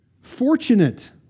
fortunate